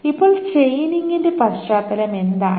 ഇപ്പോൾ ചെയിനിംഗിന്റെ പശ്ചാത്തലം എന്താണ്